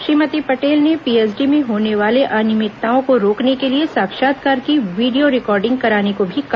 श्रीमती पटेल ने पीएचडी में होने वाले अनियमितताओं को रोकने के लिए साक्षात्कार की वीडियो रिकॉर्डिंग कराने को भी कहा